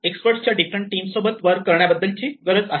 expert च्या different team सोबत work करण्याबद्दल गरज आहे